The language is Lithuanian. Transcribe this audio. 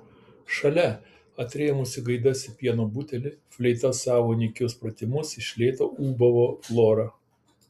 šalia atrėmusi gaidas į pieno butelį fleita savo nykius pratimus iš lėto ūbavo flora